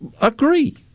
agree